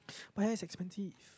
but that's expensive